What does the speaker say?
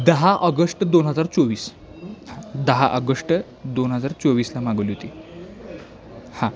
दहा ऑगस्ट दोन हजार चोवीस दहा ऑगष्ट दोन हजार चोवीसला मागवली होती हां